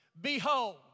Behold